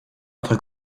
notre